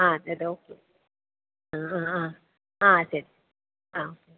ആ അത് ഓക്കെ ആ ആ ആ ആ ശരി ആ